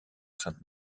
sainte